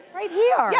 right here, yes.